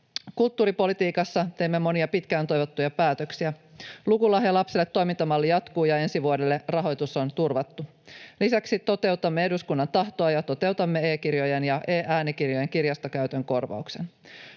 Kulttuuripolitiikassa teimme monia pitkään toivottuja päätöksiä. Lukulahja lapselle ‑toimintamalli jatkuu, ja ensi vuodelle rahoitus on turvattu. Lisäksi toteutamme eduskunnan tahtoa ja toteutamme e-kirjojen ja e-äänikirjojen kirjastokäytön korvauksen.